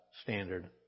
standard